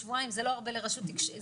שיעור ראשון בהפרדת רשויות.